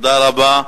תודה רבה.